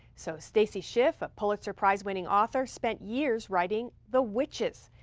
so stacy schiff, a pulitzer-prize winning author, spent years writing the witches.